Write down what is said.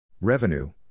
Revenue